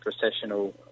processional